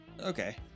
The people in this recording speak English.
Okay